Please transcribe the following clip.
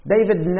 David